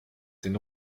den